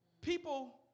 people